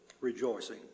rejoicing